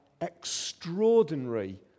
extraordinary